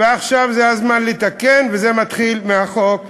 ועכשיו זה הזמן לתקן, וזה מתחיל מהחוק הזה.